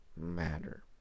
matter